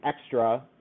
extra